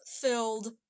filled